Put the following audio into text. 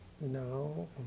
No